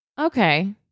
Okay